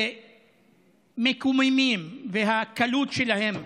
המקוממים בקלות שלהם,